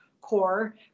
core